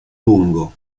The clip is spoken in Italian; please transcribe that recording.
lungo